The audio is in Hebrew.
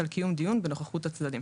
על קיום דיון בנוכחות הצדדים.